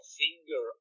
finger